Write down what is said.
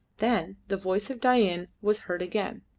then the voice of dain was heard again.